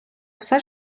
все